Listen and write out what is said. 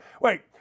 Wait